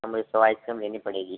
तो मुझे सौ आइसक्रीम लेनी पड़ेगी